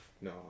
No